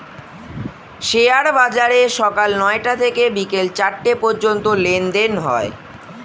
share বাজারে সকাল নয়টা থেকে বিকেল চারটে পর্যন্ত লেনদেন হয়